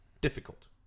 difficult